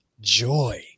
joy